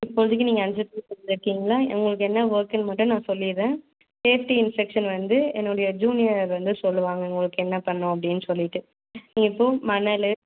இப்போதைக்கி நீங்கள் அஞ்சு பேர் வந்திருக்கீங்களா உங்களுக்கு என்ன ஒர்க்குன்னு மட்டும் நான் சொல்லிடுறேன் சேஃப்ட்டி இன்ஸ்ட்ரெக்ஷன் வந்து என்னுடைய ஜூனியர் வந்து சொல்லுவாங்கள் உங்களுக்கு என்ன பண்ணணும் அப்படின்னு சொல்லிவிட்டு இப்போது மணல்